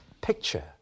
picture